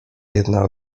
jedna